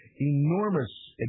enormous